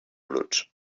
bruts